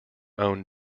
own